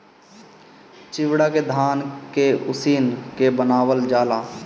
चिवड़ा के धान के उसिन के बनावल जाला